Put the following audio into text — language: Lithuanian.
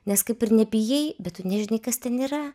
nes kaip ir nebijai bet tu nežinai kas ten yra